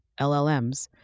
LLMs